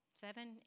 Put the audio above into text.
seven